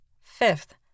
Fifth